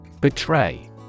Betray